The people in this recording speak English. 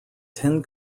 ten